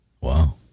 Wow